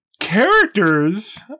characters